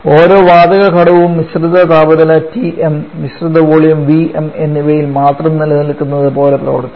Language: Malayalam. ഓരോ വാതക ഘടകവും മിശ്രിത താപനില Tm മിശ്രിത വോളിയം Vm എന്നിവയിൽ മാത്രം നിലനിൽക്കുന്നതുപോലെ പ്രവർത്തിക്കുന്നു